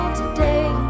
today